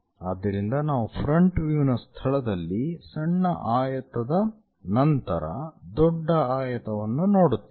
ಆದ್ದರಿಂದ ನಾವು front view ನ ಸ್ಥಳದಲ್ಲಿ ಸಣ್ಣ ಆಯತದ ನಂತರ ದೊಡ್ಡ ಆಯತವನ್ನು ನೋಡುತ್ತೇವೆ